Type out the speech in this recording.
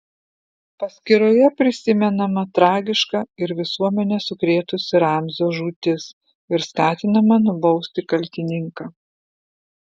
paskyroje prisimenama tragiška ir visuomenę sukrėtusi ramzio žūtis ir skatinama nubausti kaltininką